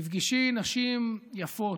תפגשי נשים יפות,